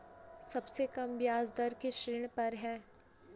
सबसे कम ब्याज दर किस ऋण पर है?